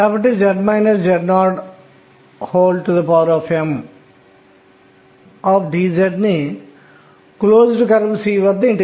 కాబట్టి దీనిని కోణీయ ద్రవ్యవేగం క్వాంటం సంఖ్య l అని పిలిస్తే అది నిజానికి k 1 గా ఉండాలి